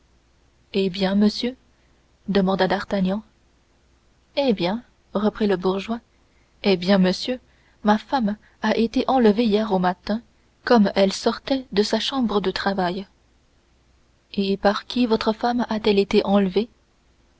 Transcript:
eh bien monsieur demanda d'artagnan eh bien reprit le bourgeois eh bien monsieur ma femme a été enlevée hier matin comme elle sortait de sa chambre de travail et par qui votre femme a-t-elle été enlevée